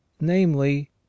namely